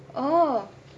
orh